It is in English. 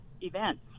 events